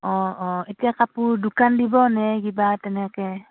অঁ অঁ এতিয়া কাপোৰ দোকান দিব নে কিবা তেনেকৈ